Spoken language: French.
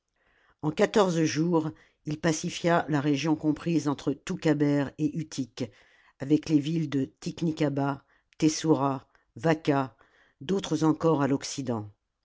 en quatorze jours il pacifia la région comprise entre thouccaber et utique avec les villes de tignicabah tessourah vacca d'autres encore à l'occident